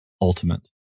ultimate